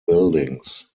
buildings